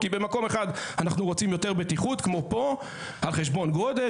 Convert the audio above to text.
כי במקום אחד אנחנו רוצים בטיחות על חשבון גודש,